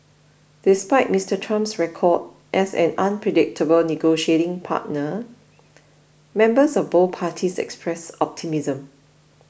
despite Mister Trump's record as an unpredictable negotiating partner members of both parties expressed optimism